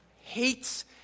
hates